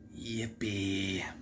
Yippee